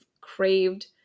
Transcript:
Craved